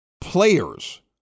players